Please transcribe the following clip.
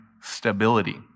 stability